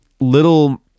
little